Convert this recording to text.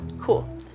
cool